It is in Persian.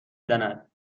زند